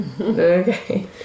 okay